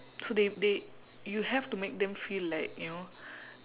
so they they you have to make them feel like you know